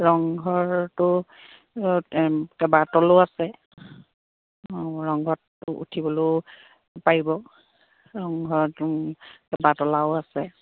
ৰংঘৰটো কেইবা তলো আছে ৰংঘৰত উঠিবলৈও পাৰিব ৰংঘৰটো কেইবা তলাও আছে